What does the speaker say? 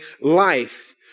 life